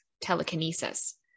telekinesis